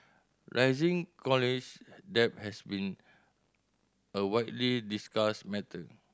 rising college debt has been a widely discussed matter